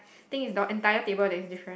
think is the entire table that is different